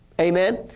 Amen